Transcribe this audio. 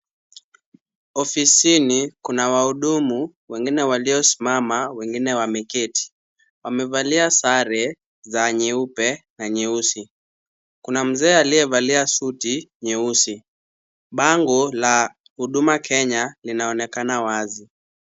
Ofisini kuna wahudumu wengine waliosimama wengine wameketi. Wamevalia sare za nyeupe na nyeusi. Kuna mzee aliyevalia suti nyeusi. Bango la Huduma Kenya linaonekana wazi.